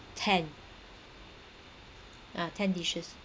ten ah ten dishes